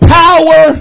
power